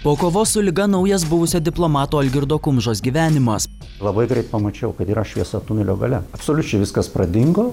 po kovos su liga naujas buvusio diplomato algirdo kumžos gyvenimas labai greit pamačiau kad yra šviesa tunelio gale absoliučiai viskas pradingo